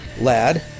lad